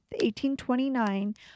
1829